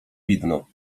widno